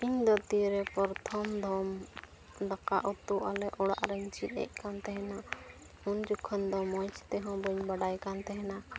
ᱤᱧᱫᱚ ᱛᱤᱨᱮ ᱯᱨᱚᱛᱷᱚᱢ ᱫᱚᱢ ᱫᱟᱠᱟ ᱩᱛᱩ ᱟᱞᱮ ᱚᱲᱟᱜ ᱨᱤᱧ ᱪᱮᱫ ᱮᱜ ᱠᱟᱱ ᱛᱟᱦᱮᱱᱟ ᱩᱱ ᱡᱚᱠᱷᱚᱱ ᱫᱚ ᱢᱚᱡᱽ ᱛᱮᱦᱚᱸ ᱵᱟᱹᱧ ᱵᱟᱰᱟᱭ ᱠᱟᱱ ᱛᱟᱦᱮᱱᱟ